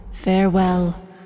Farewell